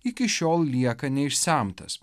iki šiol lieka neišsemtas